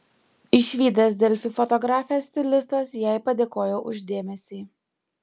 išvydęs delfi fotografę stilistas jai padėkojo už dėmesį